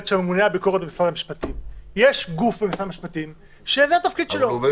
של ממונה הביקורת במשרד המשפטים --- אבל הוא אומר